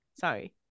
Sorry